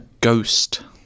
Ghost